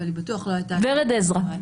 אבל היא בטוח לא הייתה --- ורד עזרא.